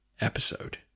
episode